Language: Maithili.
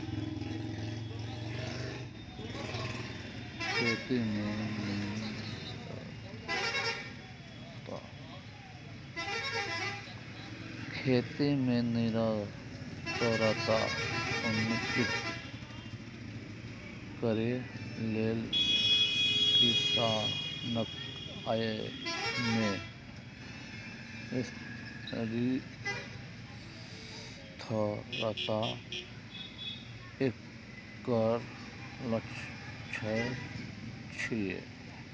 खेती मे निरंतरता सुनिश्चित करै लेल किसानक आय मे स्थिरता एकर लक्ष्य छियै